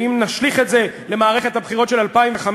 ואם נשליך את זה על מערכת הבחירות של 2015: